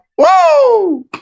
Whoa